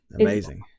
amazing